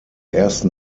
ersten